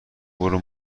برو